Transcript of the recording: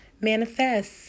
manifest